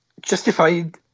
justified